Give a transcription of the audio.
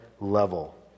level